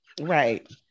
Right